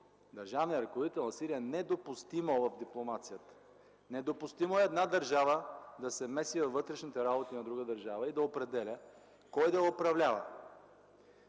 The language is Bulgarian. държавният ръководител на Сирия, е недопустимо в дипломацията. Недопустимо е една държава да се меси във вътрешните работи на друга държава и да определя кой да я управлява.